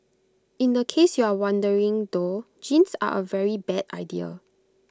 in the case you are wondering though jeans are A very bad idea